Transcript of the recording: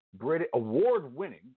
award-winning